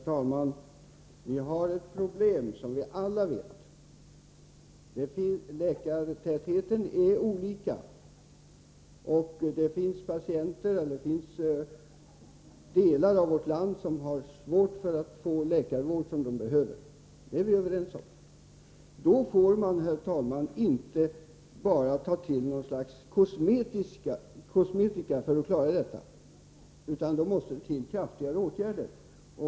Herr talman! Vi har ett problem som vi alla känner till. Läkartätheten är olika fördelad över landet. Det finns patienter i delar av vårt land som har svårt att få den läkarvård de behöver. Det är vi överens om. Då får man inte, herr talman, bara ta till något slags kosmetika för att försöka klara detta, utan det måste till kraftigare åtgärder.